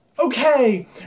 okay